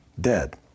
dead